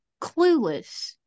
Clueless